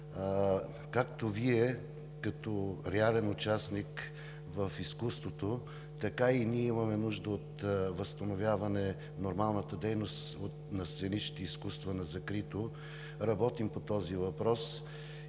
Както Вие, като реален участник в изкуството, така и ние имаме нужда от възстановяване на нормалната дейност на сценичните изкуства на закрито. Работим по този въпрос